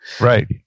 Right